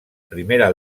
primera